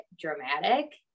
dramatic